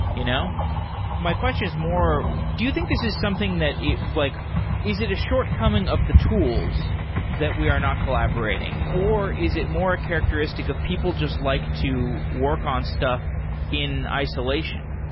you know my question is more do you think this is something that like is it a shortcoming of the tools that we are not collaborating, or is it more a characteristic of people just like to work on stuff in isolation?